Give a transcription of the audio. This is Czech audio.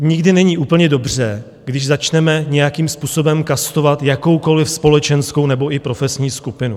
Nikdy není úplně dobře, když začneme nějakým způsobem kastovat jakoukoliv společenskou nebo i profesní skupinu.